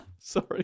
Sorry